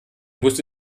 musste